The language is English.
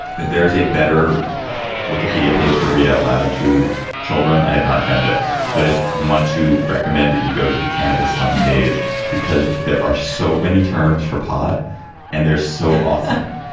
if there is a better wikipedia page to read out loud to children, i have not found it. so i just want to recommend that you go to the cannabis link page because there are so many terms for pot and there's so often.